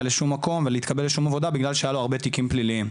לשום מקום ולהתקבל לשום עבודה בגלל שהיה לו הרבה תיקים פליליים.